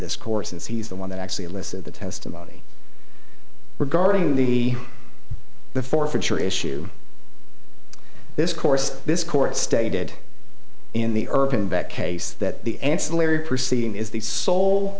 this course since he's the one that actually elicit the testimony regarding the the forfeiture issue this course this court stated in the urban best case that the ancillary proceeding is the so